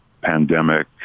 pandemic